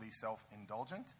self-indulgent